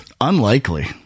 Unlikely